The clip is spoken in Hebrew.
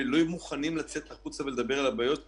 שלא היו מוכנים לצאת החוצה ולדבר על הבעיות כי